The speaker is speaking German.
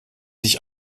sich